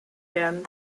werden